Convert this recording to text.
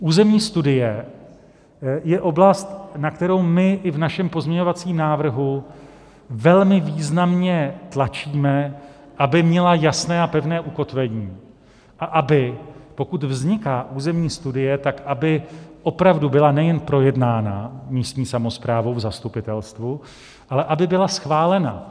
Územní studie je oblast, na kterou my i v našem pozměňovacím návrhu velmi významně tlačíme, aby měla jasné a pevné ukotvení a aby, pokud vzniká územní studie, opravdu byla nejen projednána místní samosprávou v zastupitelstvu, ale aby byla schválena.